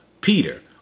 Peter